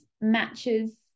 matches